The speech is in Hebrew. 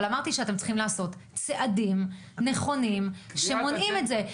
אבל אמרתי שאתם צריכים לעשות צעדים נכונים שמונעים את זה.